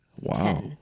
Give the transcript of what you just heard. Wow